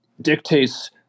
dictates